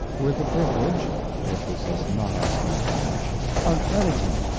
with the privilege if this is not asking too much of editing,